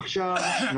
עכשיו,